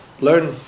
learn